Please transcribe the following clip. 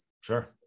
Sure